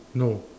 no